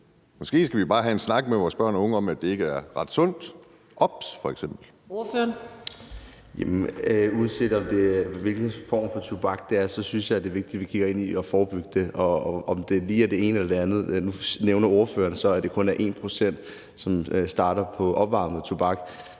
Adsbøl): Ordføreren. Kl. 18:49 Mike Villa Fonseca (M): Uanset hvilken form for tobak det er, synes jeg, det er vigtigt, at vi kigger ind i at forebygge det, uanset om det lige er det ene eller det andet. Nu nævner ordføreren så, at det kun er 1 pct., som starter på opvarmet tobak,